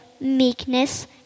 meekness